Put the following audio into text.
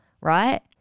right